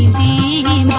e